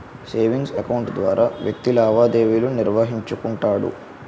savings account ద్వారా వ్యక్తి లావాదేవీలు నిర్వహించుకుంటాడు